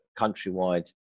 countrywide